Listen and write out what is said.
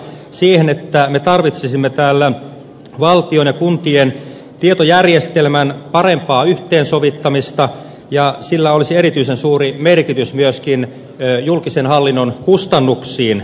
siihen että me tarvitsisimme täällä valtion ja kuntien tietojärjestelmien parempaa yhteensovittamista ja sillä olisi erityisen suuri merkitys myöskin julkisen hallinnon kustannuksiin